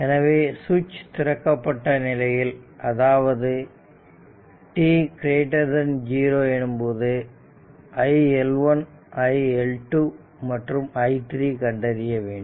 எனவே சுவிட்ச் திறக்கப்பட்ட நிலையில் அதாவது t0 எனும்போது iL1 iL2 மற்றும் i3 கண்டறிய வேண்டும்